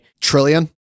Trillion